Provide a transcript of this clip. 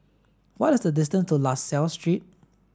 what the distance to La Salle Street